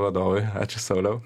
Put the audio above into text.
vadovui ačiū sauliau